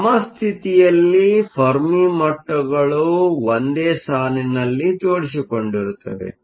ಸಮಸ್ಥಿತಿಯಲ್ಲಿ Fermi ಮಟ್ಟಗಳು ಒಂದೇ ಸಾಲಿನಲ್ಲಿ ಜೊಡಿಸಿಕೊಂಡಿರುತ್ತವೆ